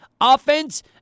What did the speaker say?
Offense